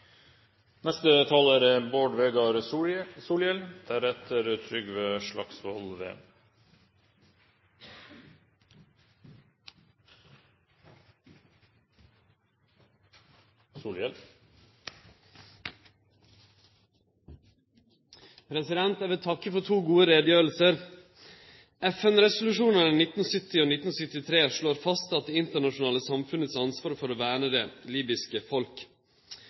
vil takke for to gode utgreiingar. FN-resolusjonane 1970 og 1973 slår fast det internasjonale samfunnets ansvar for å verne det